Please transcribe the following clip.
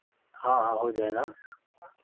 हाँ हाँ हो जाएगा